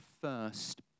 first